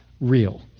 real